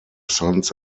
sons